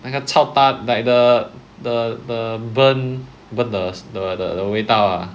chaoda like the the the burn burn the the 的味道